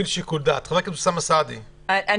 חבר הכנסת אוסאמה סעדי, בבקשה.